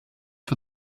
for